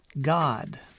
god